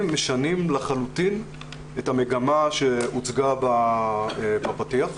משנים לחלוטין את המגמה שהוצגה בפתיח.